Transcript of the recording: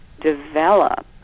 develop